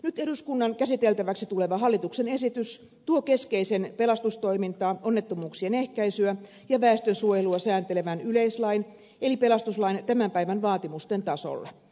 nyt eduskunnan käsiteltäväksi tuleva hallituksen esitys tuo keskeisen pelastustoimintaa onnettomuuksien ehkäisyä ja väestönsuojelua sääntelevän yleislain eli pelastuslain tämän päivän vaatimusten tasolle